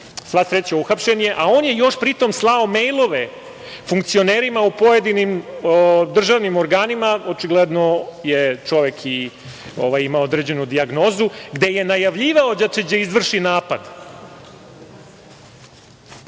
Sva sreća uhapšen je, a on je još pri tom slao mejlove funkcionerima u pojedinim državnim organima, očigledno je čovek imao određenu dijagnozu, gde je najavljivao da će da izvrši napad.